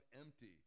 empty